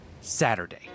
Saturday